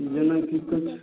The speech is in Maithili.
जेना कि किछु